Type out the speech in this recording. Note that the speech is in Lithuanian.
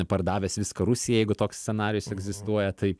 pardavęs viską rusijai jeigu toks scenarijus egzistuoja tai